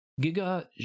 Giga